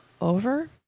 over